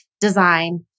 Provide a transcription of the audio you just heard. design